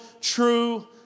true